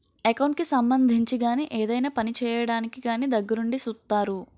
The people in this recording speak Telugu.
ఎకౌంట్ కి సంబంధించి గాని ఏదైనా పని చేయడానికి కానీ దగ్గరుండి సూత్తారు